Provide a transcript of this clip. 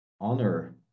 honor